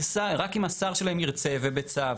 רק אם השר שלהם ירצה ובצו.